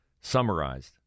summarized